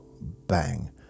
bang